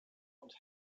und